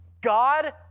God